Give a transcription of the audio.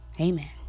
Amen